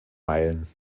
meilen